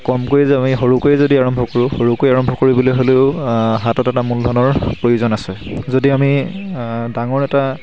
কমকৈ যদি আমি সৰুকৈয়ে যদি আৰম্ভ কৰোঁ সৰুকৈ আৰম্ভ কৰিবলৈ হ'লেও হাতত এটা মূলধনৰ প্ৰয়োজন আছে যদি আমি ডাঙৰ এটা